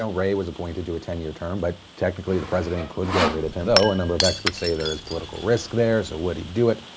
so wray was appointed to a ten year term, but technically the president could get rid of him. though, a number of experts say there is political risk there, so would he do it?